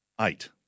Eight